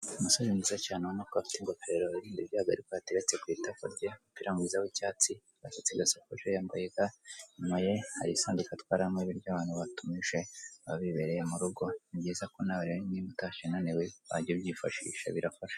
Umugore wicaye ku ntebe y'umweru , umugore wambaye ikanzu y'ubururu ndetse na marinete, kuruhande rwe hariho umutako uhagaze, ugaragaza igishushanyo cy'umugore wikoreye agaseke ku mutwe, kuruhande hari agatako gafite akantu k'umuhondo.